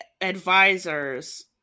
advisors